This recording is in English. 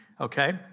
okay